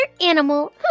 animal